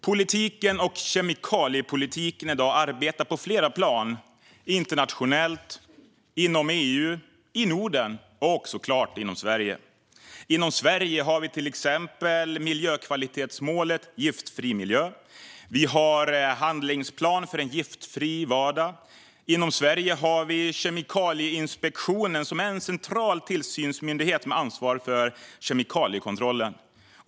Politiken och kemikaliepolitiken i dag arbetar på flera plan: internationellt, inom EU, i Norden och såklart inom Sverige. Inom Sverige har vi till exempel miljökvalitetsmålet Giftfri miljö. Vi har Handlingsplan för en giftfri vardag. Vi har Kemikalieinspektionen, som är en central tillsynsmyndighet med ansvar för kemikaliekontrollen.